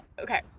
okay